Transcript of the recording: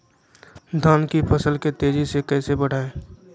धान की फसल के तेजी से कैसे बढ़ाएं?